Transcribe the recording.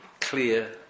clear